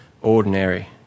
ordinary